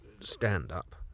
stand-up